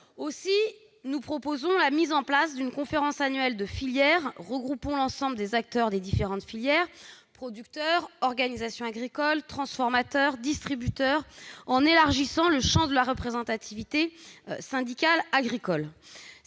Aussi, nous proposons la mise en place d'une conférence annuelle de filière, regroupant l'ensemble des acteurs des différentes filières : producteurs et organisations agricoles, transformateurs et distributeurs, en élargissant le champ de la représentativité syndicale agricole.